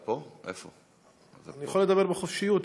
אני יכול לדבר בחופשיות,